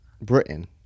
Britain